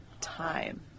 time